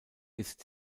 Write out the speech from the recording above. ist